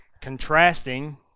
contrasting